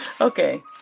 Okay